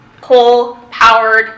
coal-powered